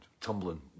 tumbling